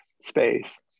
space